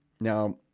Now